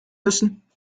müssen